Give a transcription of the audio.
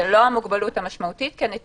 וזה לא המוגבלות המשמעותית כי מי שמפיק את